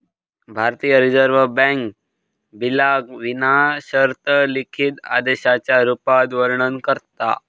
भारतीय reserve bank बिलाक विना शर्त लिखित आदेशाच्या रुपात वर्णन करता